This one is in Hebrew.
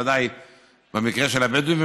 בוודאי במקרה של הבדואים.